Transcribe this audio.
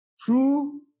True